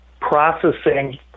processing